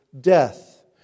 death